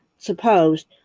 supposed